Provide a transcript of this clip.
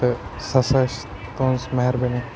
تہٕ سُہ ہَسا آسہِ تُہٕنٛز مہربٲنی